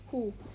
who